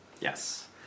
yes